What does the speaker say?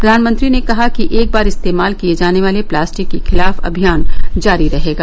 प्रधानमंत्री ने कहा कि एक बार इस्तेमाल किए जाने वाले प्लास्टिक के खिलाफ अभियान जारी रहेगा